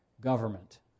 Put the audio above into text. government